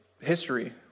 history